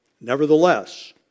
Nevertheless